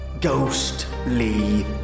ghostly